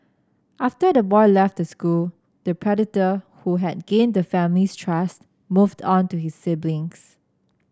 after the boy left the school the predator who had gained the family's trust moved on to his siblings